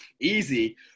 Easy